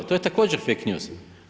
To je također fake news.